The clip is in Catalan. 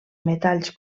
metalls